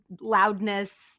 loudness